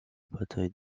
bataille